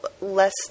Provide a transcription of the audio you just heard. less